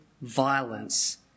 violence